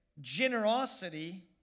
generosity